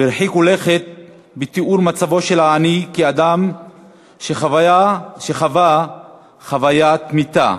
והרחיקו לכת בתיאור מצבו של העני כאדם שחווה חוויית מיתה,